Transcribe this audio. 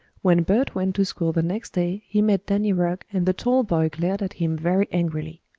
when bert went to school the next day he met danny rugg and the tall boy glared at him very angrily.